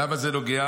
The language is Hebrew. למה זה נוגע?